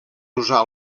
usar